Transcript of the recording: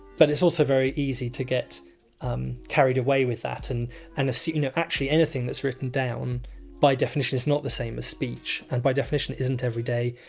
but it's also very easy to get um carried away with that and and assume you know actually anything that's written down by definition not the same as speech and by definition isn't everyday,